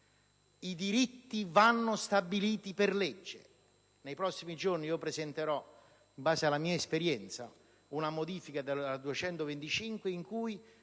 i diritti vanno stabiliti per legge. Nei prossimi giorni presenterò, in base alla mia esperienza, una modifica a questa